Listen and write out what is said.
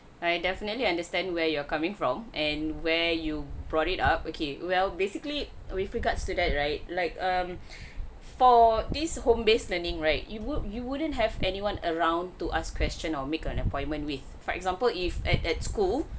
I definitely understand where you're coming from and where you brought it up okay well basically with regards to that right like um for this home base learning right you would you wouldn't have anyone around to ask question or make an appointment with for example if at at school